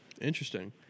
interesting